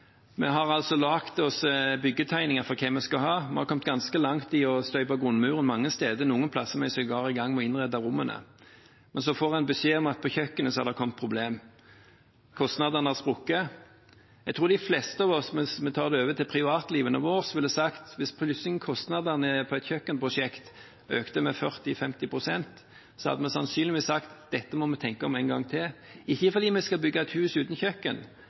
Vi har altså laget byggetegninger for hva vi skal ha, vi har kommet ganske langt i å støpe grunnmuren mange steder, noen plasser er vi sågar i gang med å innrede rommene. Men så får vi beskjed om at det er problemer på kjøkkenet, det er en kostnadssprekk. Jeg tror at de fleste av oss – hvis vi tar det over til privatlivet vårt – ville sagt, hvis kostnadene på et kjøkkenprosjekt økte med 40–50 pst., at dette må vi tenke over en gang til – ikke fordi vi skal bygge et hus uten kjøkken,